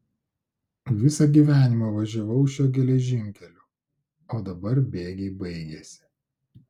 visą gyvenimą važiavau šiuo geležinkeliu o dabar bėgiai baigėsi